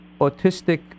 autistic